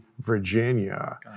Virginia